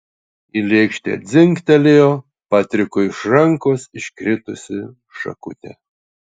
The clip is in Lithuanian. į lėkštę dzingtelėjo patrikui iš rankos iškritusi šakutė